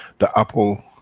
the apple,